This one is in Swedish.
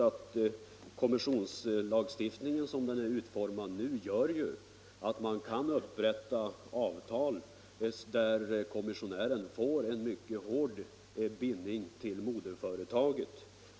Som kommissionslagstiftningen nu är utformad kan man upprätta avtal där kommissionären får en mycket hård bindning till moderföretaget.